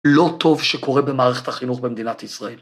‫לא טוב שקורה במערכת החינוך ‫במדינת ישראל.